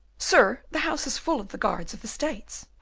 sir, the house is full of the guards of the states.